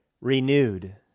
renewed